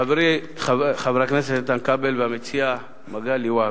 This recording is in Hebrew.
חברי הכנסת איתן כבל והמציע מגלי והבה,